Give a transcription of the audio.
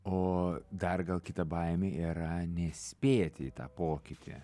o dar gal kita baimė yra nespėti į tą pokytį